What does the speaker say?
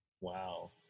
Wow